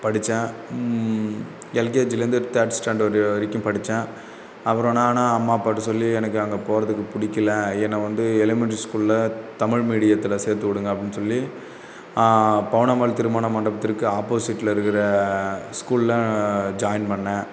படித்தேன் எல்கேஜிலேர்ந்து third standard வரைக்கும் படித்தேன் அப்புறம் நானாக அம்மா அப்பாகிட்ட சொல்லி எனக்கு அங்கே போகறதுக்கு பிடிக்கல என்னை வந்து எலிமன்ரி ஸ்கூலில் தமிழ் மீடியத்தில் சேர்த்து விடுங்க அப்படின்னு சொல்லி பவுனம்மாள் திருமண மண்டபத்திற்கு ஆப்போசிட்டில் இருக்கிற ஸ்கூலில் ஜாயின் பண்ணிணேன்